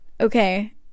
okay